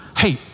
hey